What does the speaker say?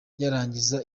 yarangiza